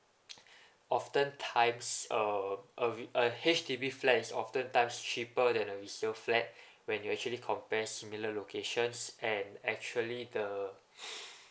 often times uh a a H_D_B flat is often times cheaper than a resale flat when you actually compare similar locations and actually the